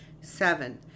seven